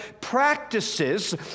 practices